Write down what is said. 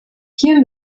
hier